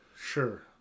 Sure